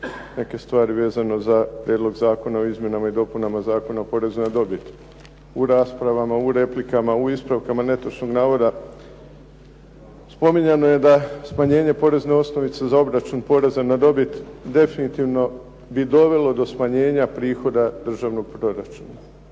neke stvari vezano za Prijedlog zakona o izmjenama i dopunama Zakona o porezu na dobit. U raspravama, u replikama, u ispravcima netočnih navoda, spominjano je da smanjenje porezne osnovice za obračun poreza na dobit definitivno bi donijelo do smanjenja prihoda državnog proračuna.